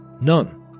None